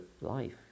life